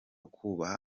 kubaha